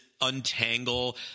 untangle